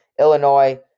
Illinois